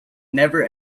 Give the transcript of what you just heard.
never